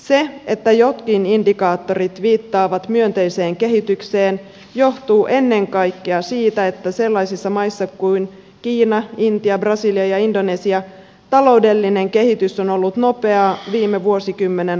se että jotkin indikaattorit viittaavat myönteiseen kehitykseen johtuu ennen kaikkea siitä että sellaisissa maissa kuin kiina intia brasilia ja indonesia taloudellinen kehitys on ollut nopeaa viime vuosikymmenen aikana